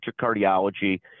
cardiology